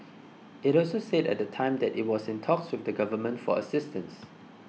it also said at the time that it was in talks with the Government for assistance